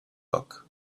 book